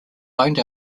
loaned